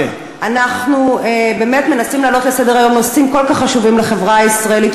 אנחנו באמת מנסים להעלות לסדר-היום נושאים כל כך חשובים לחברה הישראלית,